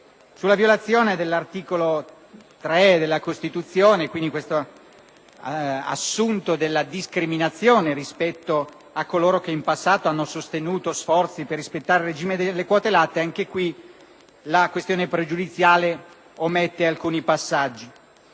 la violazione dell'articolo 3 della Costituzione, basata sull'assunto di una discriminazione rispetto a coloro che in passato hanno sostenuto sforzi per rispettare il regime delle quote latte, anche in questo caso la questione pregiudiziale omette alcuni passaggi.